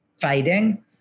fighting